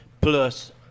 plus